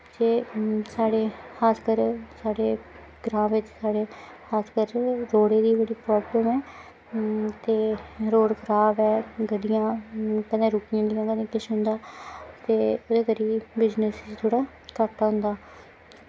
जे साढ़े खास कर साढ़े ग्रांऽ बिच्च खास कर रोडें दी बड़ी प्रोब्लेम ऐ ते रोड खराब ऐ ते गड्डियां कदें रुकी जंदिया कदें किश होंदा ते ओह्दे करी बी बिज़नेस च बड़ा घाटा होंदा